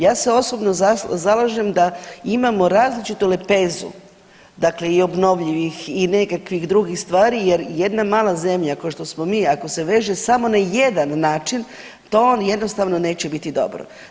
Ja se osobno zalažem da imao različitu lepezu, dakle i obnovljivih i nekakvih drugih stvari jer jedna mala zemlja košto smo mi ako se veže samo na jedan način to jednostavno neće biti dobro.